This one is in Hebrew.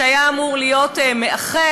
שהיה אמור להיות מאחד,